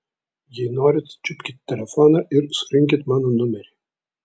jei norit čiupkit telefoną ir surinkit mano numerį